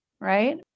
right